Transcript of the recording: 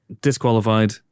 disqualified